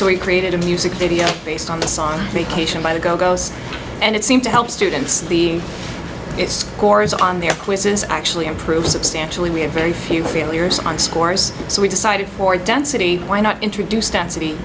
so we created a music video based on the song vacation by the go go's and it seemed to help students the it scores on their quizzes actually improve substantially we have very few failures on scores so we decided for density why not introduce